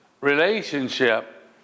relationship